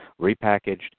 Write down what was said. Repackaged